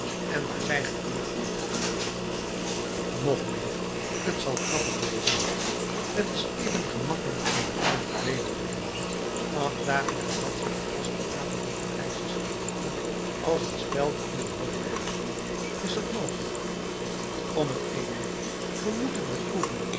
en waar zij gevierd wordt nog meer t zal grappig wezen t is even gemakkelijk om een bruiloft weder te vinden acht dagen nadat zij op vastenavond door parijs is gereden als een speld in een hooiberg is dat mogelijk om t even ge moet het beproeven